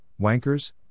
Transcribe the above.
wankers